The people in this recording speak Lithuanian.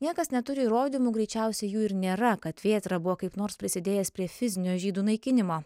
niekas neturi įrodymų greičiausiai jų ir nėra kad vėtra buvo kaip nors prisidėjęs prie fizinio žydų naikinimo